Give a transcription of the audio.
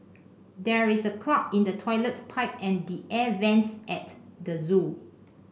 there is a clog in the toilet pipe and the air vents at the zoo